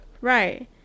Right